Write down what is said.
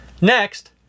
Next